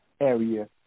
area